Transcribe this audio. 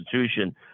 institution